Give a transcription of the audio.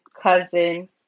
cousin